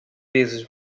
vezes